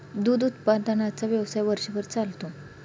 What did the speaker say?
दूध उत्पादनाचा व्यवसाय वर्षभर चालतो